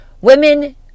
Women